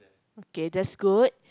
okay that's good